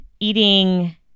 eating